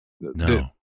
No